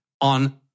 on